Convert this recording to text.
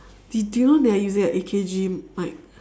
do do you they're using a A_K_G mike